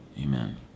Amen